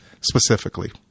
specifically